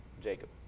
jacob